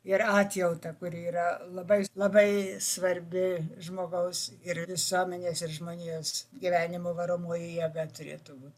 ir atjautą kuri yra labai labai svarbi žmogaus ir visuomenės ir žmonijos gyvenimo varomoji jėga turėtų būt